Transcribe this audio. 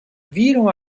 viram